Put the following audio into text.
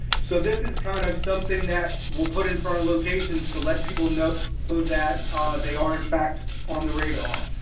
so this is kind of something that we'll put in front of locations to let people know so that they are in fact on the radar.